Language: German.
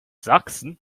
sachsen